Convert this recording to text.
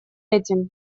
этим